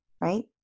Right